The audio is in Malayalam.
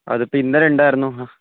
അതിപ്പോൾ ഇന്നലെ ഉണ്ടായിരുന്നു ആ ഹ